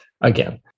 again